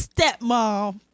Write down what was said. stepmom